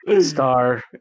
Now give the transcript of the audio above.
star